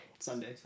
Sunday